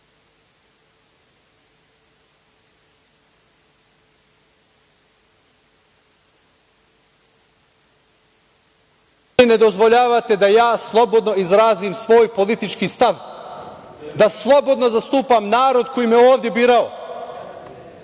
ne dozvoljavate da ja slobodno izrazim svoj politički stav, da slobodno zastupam narod koji me je ovde birao,